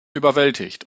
überwältigt